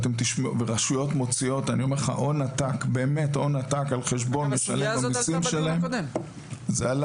ורשויות מוציאות הון עתק על חשבון משלם המסים שלהם.